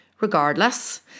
Regardless